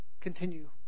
continue